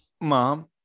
mom